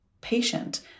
patient